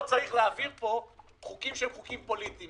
לא צריך להעביר פה חוקים שהם חוקים פוליטיים.